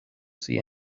see